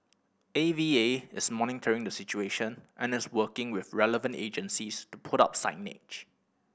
A V A is monitoring the situation and is working with relevant agencies to put up signage